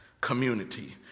community